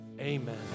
amen